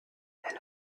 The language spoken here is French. elle